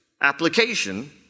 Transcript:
application